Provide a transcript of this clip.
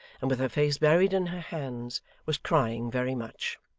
and with her face buried in her hands was crying very much.